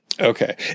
Okay